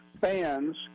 fans